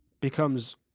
becomes